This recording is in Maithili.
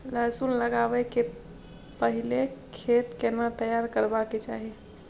लहसुन लगाबै के पहिले खेत केना तैयार करबा के चाही?